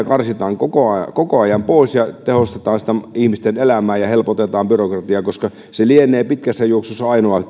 karsitaan koko ajan koko ajan pois ja tehostetaan ihmisten elämää ja helpotetaan byrokratiaa koska se lienee pitkässä juoksussa ainoa